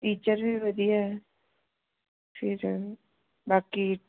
teacher ਵੀ ਵਧੀਆ ਹੈ ਠੀਕ ਹੈ ਜੀ ਬਾਕੀ